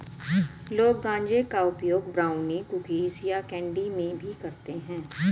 लोग गांजे का उपयोग ब्राउनी, कुकीज़ या कैंडी में भी करते है